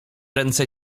ręce